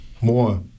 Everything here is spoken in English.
more